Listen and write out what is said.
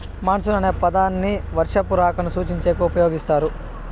monsoon అనే పదాన్ని వర్షపు రాకను సూచించేకి ఉపయోగిస్తారు